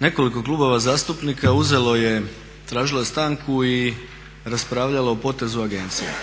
nekoliko klubova zastupnika uzelo je, tražilo je stanku i raspravljalo o potezu agencije.